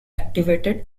activated